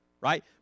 right